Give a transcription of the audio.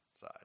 side